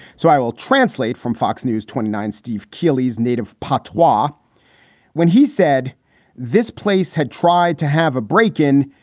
so i will translate from fox news twenty nine steve keely's native pot war ah when he said this place had tried to have a break in.